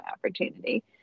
opportunity